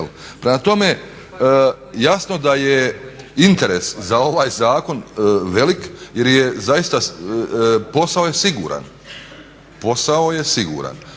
Prema tome, jasno da je interes za ovaj zakon velik jer je zaista posao je siguran,